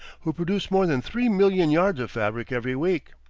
who produce more than three million yards of fabric every week.